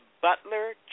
Butler